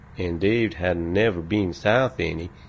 and dave hadn't never been south any,